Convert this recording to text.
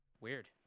Weird